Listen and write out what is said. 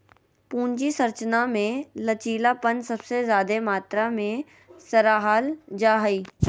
पूंजी संरचना मे लचीलापन सबसे ज्यादे मात्रा मे सराहल जा हाई